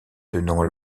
tenant